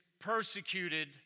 persecuted